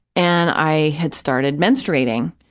and i had started menstruating,